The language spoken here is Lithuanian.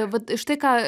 vat štai ką